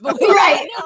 Right